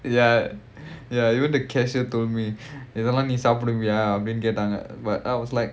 ya ya even the cashier told me இதெல்லாம் நீ சாப்டுவியா:idhellaam nee saapiduviyaa but I was like